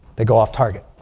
they go off target.